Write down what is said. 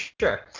sure